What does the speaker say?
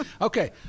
Okay